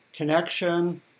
connection